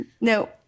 No